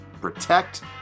protect